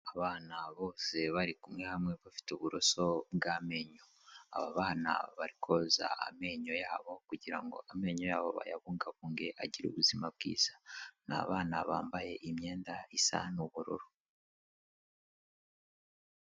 Abana bose bari kumwe hamwe, bafite uburoso bw'amenyo, aba bana bari koza amenyo yabo, kugira ngo amenyo yabo bayabungabunge agire ubuzima bwiza, ni abana bambaye imyenda isa n'ubururu.